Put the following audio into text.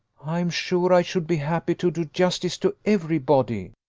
i am sure i should be happy to do justice to every body.